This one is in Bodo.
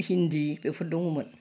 हिन्दी बेफोर दङमोन